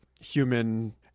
human